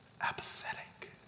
apathetic